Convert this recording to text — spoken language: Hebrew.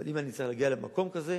אבל אם אני צריך להגיע למקום כזה,